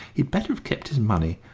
he'd better have kept his money.